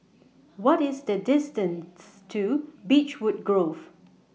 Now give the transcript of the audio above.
What IS The distance to Beechwood Grove